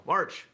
March